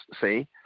see